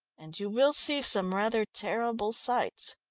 and you will see some rather terrible sights.